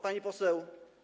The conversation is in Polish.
Pani Poseł!